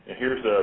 here's ah